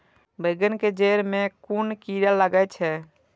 बेंगन के जेड़ में कुन कीरा लागे छै?